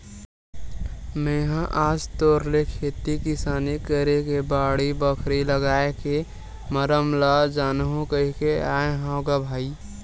मेहा आज तोर ले खेती किसानी करे के बाड़ी, बखरी लागए के मरम ल जानहूँ कहिके आय हँव ग भाई